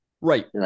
Right